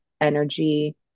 energy